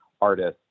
artists